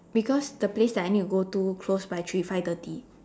because the place that I need to go to close by three five thirty